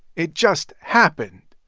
it just happened,